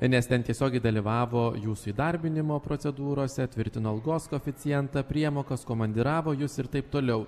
nes ten tiesiogiai dalyvavo jūsų įdarbinimo procedūrose tvirtino algos koeficientą priemokas komandiravo jus ir taip toliau